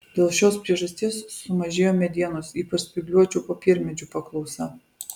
dėl šios priežasties sumažėjo medienos ypač spygliuočių popiermedžių paklausa